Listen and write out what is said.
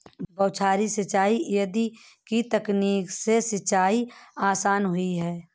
बौछारी सिंचाई आदि की तकनीक से सिंचाई आसान हुई है